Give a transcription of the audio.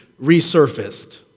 resurfaced